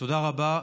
תודה רבה.